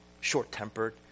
short-tempered